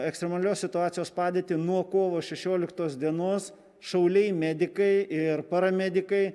ekstremalios situacijos padėtį nuo kovo šešioliktos dienos šauliai medikai ir paramedikai